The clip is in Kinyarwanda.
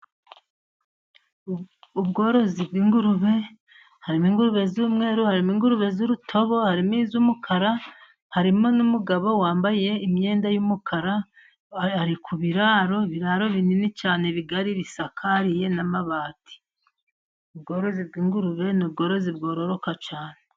Ubworozi bw'ingurube harimo ingurube z'umweru, harimo ingurube z'urutobo, harimo iz'umukara. Harimo n'umugabo wambaye imyenda y'umukara ari ku biraro, ibiraro binini cyane bigari bisakarije n'amabati, ingurube ni ubworozi bwororoka cyane.